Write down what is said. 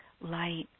light